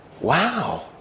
wow